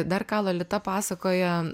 dar ką lolita pasakojo